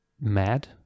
mad